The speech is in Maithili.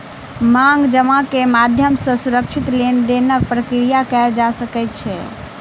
मांग जमा के माध्यम सॅ सुरक्षित लेन देनक प्रक्रिया कयल जा सकै छै